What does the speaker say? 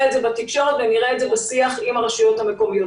את זה בתקשורת ונראה את זה בשיח עם הרשויות המקומיות.